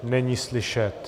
Není slyšet.